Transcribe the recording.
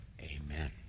Amen